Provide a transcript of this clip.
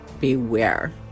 Beware